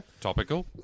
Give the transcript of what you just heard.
Topical